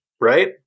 right